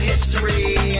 History